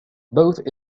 both